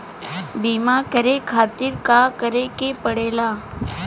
बीमा करे खातिर का करे के पड़ेला?